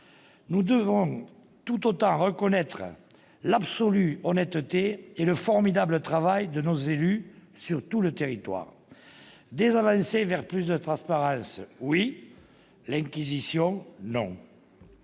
Nous devons tout autant reconnaître l'absolue honnêteté et le formidable travail de nos élus sur tout le territoire. Faire progresser la transparence, oui ; l'inquisition, non